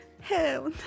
Hell